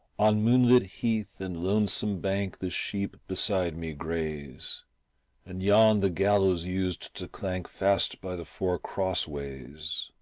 on moonlit heath and lonesome bank the sheep beside me graze and yon the gallows used to clank fast by the four cross ways.